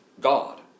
God